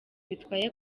bitwaye